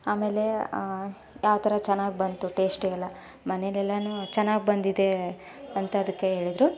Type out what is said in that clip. ಆಮೇಲೆ ಆ ಥರ ಚೆನ್ನಾಗಿ ಬಂತು ಟೇಸ್ಟಿ ಎಲ್ಲ ಮನೇಲಿ ಎಲ್ಲನು ಚೆನ್ನಾಗಿ ಬಂದಿದೆ ಅಂತ ಅದಕ್ಕೆ ಹೇಳಿದ್ರು